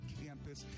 campus